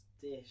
dish